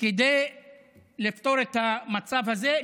כדי לפתור את המצב הזה,